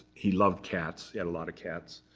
he loved cats. he had a lot of cats.